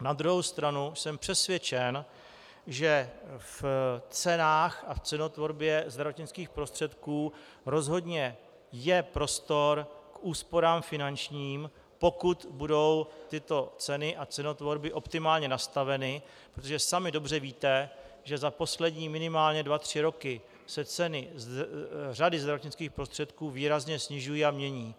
Na druhou stranu jsem přesvědčen, že v cenách a v cenotvorbě zdravotnických prostředků rozhodně je prostor k úsporám finančním, pokud budou tyto ceny a cenotvorby optimálně nastaveny, protože sami dobře víte, že za poslední minimálně dva tři roky se ceny řady zdravotnických prostředků výrazně snižují a mění.